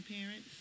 parents